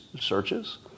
searches